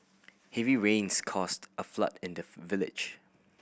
heavy rains caused a flood in the village